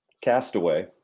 Castaway